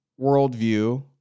worldview